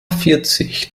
vierzig